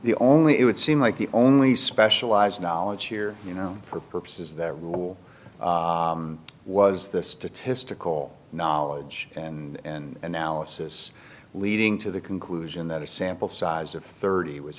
the only it would seem like the only specialized knowledge here you know for purposes there was this statistical knowledge and analysis leading to the conclusion that a sample size of thirty was